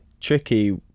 tricky